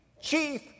chief